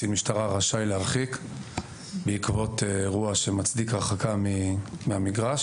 משטרה רשאי להרחיק בעקבות אירוע שמצדיק הרחקה מהמגרש.